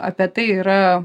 apie tai yra